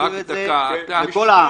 הוא הסביר את זה לכל העם.